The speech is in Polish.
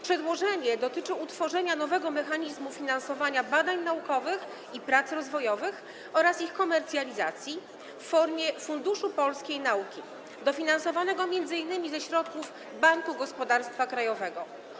Przedłożenie dotyczy utworzenia nowego mechanizmu finansowania badań naukowych i prac rozwojowych oraz ich komercjalizacji, w formie Funduszu Polskiej Nauki, dofinansowanego m.in. ze środków Banku Gospodarstwa Krajowego.